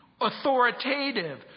authoritative